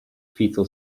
fetal